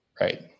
Right